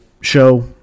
show